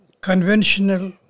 conventional